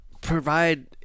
provide